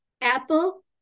apple